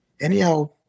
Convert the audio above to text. anyhow